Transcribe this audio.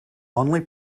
only